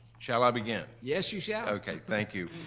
shall i begin? yes, you shall. okay, thank you.